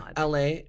LA